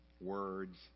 words